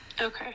okay